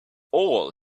all